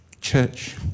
church